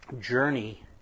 journey